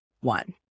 one